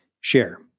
Share